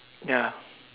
ya